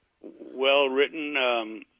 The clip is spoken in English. well-written